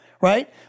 right